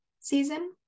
season